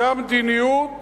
זה המדיניות